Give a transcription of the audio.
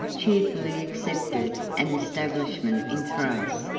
cheerfully accepted an establishment in thrace,